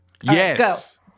Yes